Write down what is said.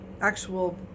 actual